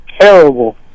terrible